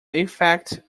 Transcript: effect